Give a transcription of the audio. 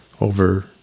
over